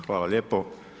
Hvala lijepo.